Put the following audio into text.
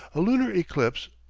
a lunar eclipse,